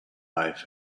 life